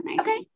Okay